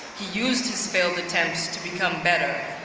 he used his failed attempts to become better.